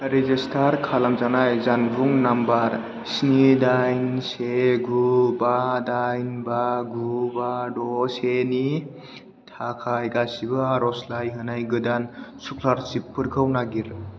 register खालामजानाय जानबुं number स्नि दाइन से गु बा दाइन बा गु बा द' से नि थाखाय गासिबो आरजलाइ होनाय गोदान स्कुलारसिपफोरखौ नागिर